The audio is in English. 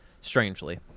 strangely